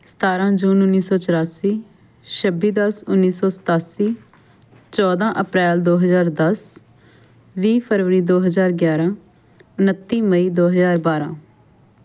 ਸਤਾਰ੍ਹਾਂ ਜੂਨ ਉੱਨੀ ਸੌ ਚੁਰਾਸੀ ਛੱਬੀ ਦਸ ਉੱਨੀ ਸੌ ਸਤਾਸੀ ਚੌਦ੍ਹਾਂ ਅਪ੍ਰੈਲ ਦੋ ਹਜ਼ਾਰ ਦਸ ਵੀਹ ਫਰਵਰੀ ਦੋ ਹਜ਼ਾਰ ਗਿਆਰ੍ਹਾਂ ਉਣੱਤੀ ਮਈ ਦੋ ਹਜ਼ਾਰ ਬਾਰ੍ਹਾਂ